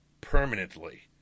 permanently